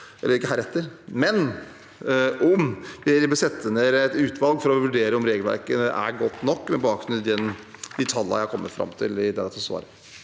og om det bør settes ned et utvalg for å vurdere om regelverket er godt nok, med bakgrunn i de tallene som har kommet fram i dette svaret.